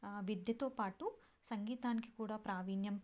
విద్యతో పాటు సంగీతానికి కూడా ప్రావీణ్యం